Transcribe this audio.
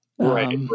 Right